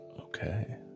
okay